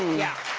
yeah. mm.